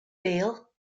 bail